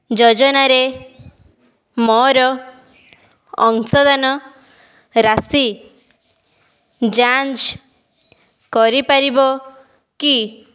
ଯୋଜନାରେ ମୋର ଅଂଶଦାନ ରାଶି ଯାଞ୍ଚ କରିପାରି